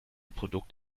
produkt